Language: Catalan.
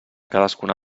cadascuna